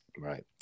Right